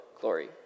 glory